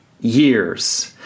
years